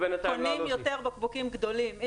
קונים יותר בקבוקים גדולים.